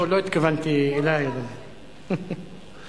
לא, לא התכוונתי אלי, אדוני.